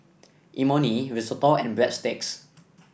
Imoni Risotto and Breadsticks